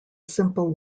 simple